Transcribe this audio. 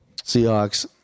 Seahawks